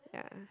yeah